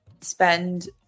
spend